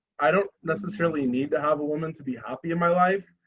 i don't necessarily need to have a woman to be happy in my life.